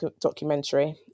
documentary